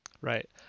Right